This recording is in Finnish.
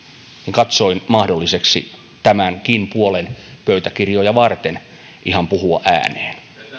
katsoin mahdolliseksi tämänkin puolen pöytäkirjoja varten ihan puhua ääneen